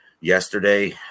yesterday